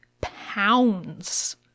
pounds